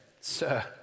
Sir